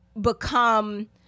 become